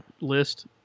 list